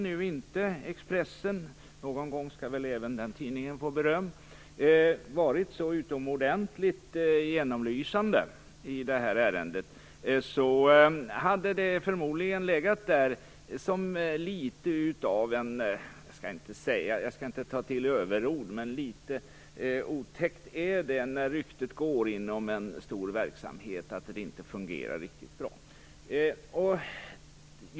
Om inte Expressen - någon gång skall väl även denna tidning få beröm - varit så utomordentligt genomlysande i ärendet hade det förmodligen legat kvar som något otäckt. Jag vill inte ta till överord - men det är litet otäckt när ryktet går inom en stor verksamhet om att den inte fungerar riktigt bra.